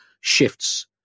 shifts